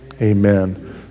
Amen